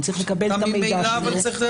אני צריך לקבל את המידע שלו.